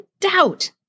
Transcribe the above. doubt